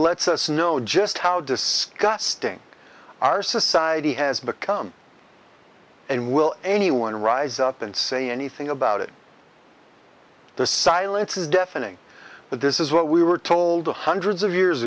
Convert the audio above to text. lets us know just how disgusting our society has become and will anyone rise up and say anything about it the silence is deafening that this is what we were told to hundreds of years